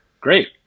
great